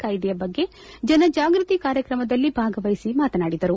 ಕಾಯ್ದೆ ಬಗ್ಗೆ ಜನಜಾಗೃತಿ ಕಾರ್ಯಕ್ರಮದಲ್ಲಿ ಭಾಗವಹಿಸಿ ಮಾತನಾಡಿದರು